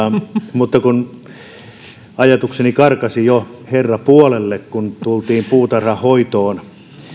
ajatukseni karkasi jo herrapuolelle kun tultiin puutarhanhoitoon